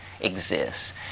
exists